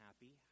happy